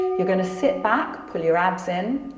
you're going to sit back, pull your abs in,